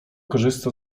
korzysta